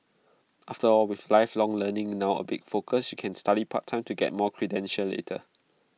after all with lifelong learning now A big focus you can study part time to get more credentials later